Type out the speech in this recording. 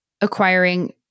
acquiring